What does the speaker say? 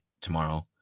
tomorrow